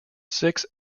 six